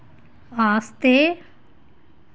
आस्तै